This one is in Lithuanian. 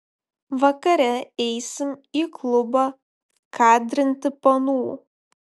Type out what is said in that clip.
vakare eisim į klubą kadrinti panų